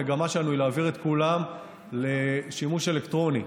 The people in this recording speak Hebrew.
המגמה שלנו היא להעביר את כולם לשימוש אלקטרוני.